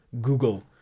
Google